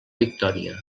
victòria